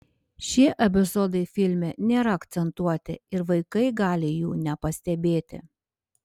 šie epizodai filme nėra akcentuoti ir vaikai gali jų nepastebėti